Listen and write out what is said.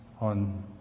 on